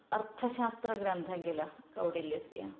अर्थशास्त्रग्रन्थः किल कौटिल्यस्य